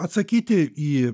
atsakyti į